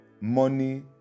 money